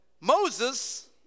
Moses